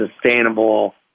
sustainable